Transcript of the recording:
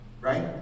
Right